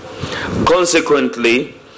Consequently